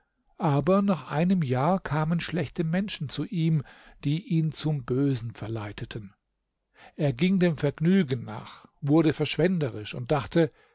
aber nach einem jahr kamen schlechte menschen zu ihm die ihn zum bösen verleiteten er ging dem vergnügen nach wurde verschwenderisch und dachte